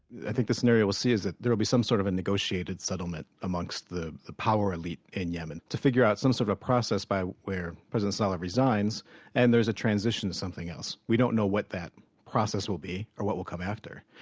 i think the scenario we'll see is there will be some sort of the negotiated settlement amongst the the power elite in yemen to figure out some sort of a process by where president saleh resigns and there's a transition to something else. we don't know what that process will be, or what will come after.